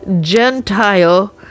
Gentile